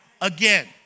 again